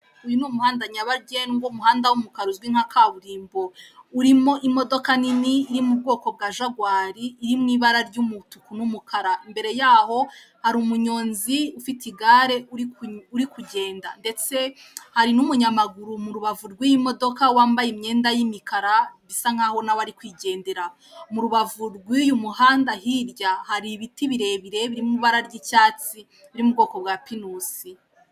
Uyu ni umuhanda nyabagendwa umuhanda w'umukara uzwi nka kaburimbo, urimo imodoka nini iri mu bwoko bwa jaguari, iriho ibara ry'umutuku n'umukara. Imbere yaho hari umunyonzi ufite igare uri kugenda, ndetse hari n'umunyamaguru mu rubavu rw'iy'imodoka wambaye imyenda y'imikara bisa nkaho nawe ari kwigendera. Mu rubavu rw'uyu muhanda, hirya hari ibiti birebire birimo ibara ry'icyatsi biri mu bwoko bwa pinusi.